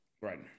Right